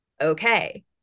Okay